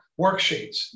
Worksheets